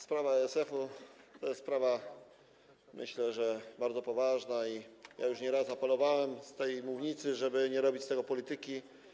Sprawa ASF to jest sprawa, myślę, bardzo poważna i ja już nie raz apelowałem z tej mównicy, żeby nie robić z tego polityki.